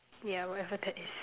yeah whatever that is